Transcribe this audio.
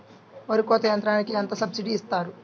వరి కోత యంత్రంకి ఎంత సబ్సిడీ ఇస్తారు?